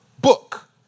book